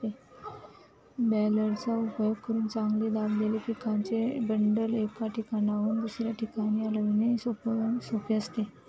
बॅलरचा उपयोग करून चांगले दाबलेले पिकाचे बंडल, एका ठिकाणाहून दुसऱ्या ठिकाणी हलविणे सोपे असते